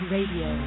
Radio